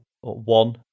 one